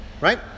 right